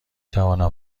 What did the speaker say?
توانم